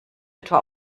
etwa